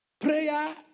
prayer